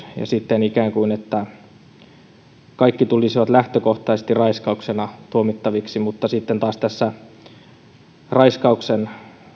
ja että kaikki ikään kuin tulisivat lähtökohtaisesti raiskauksena tuomittaviksi mutta sitten taas tässä raiskauksen